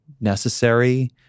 necessary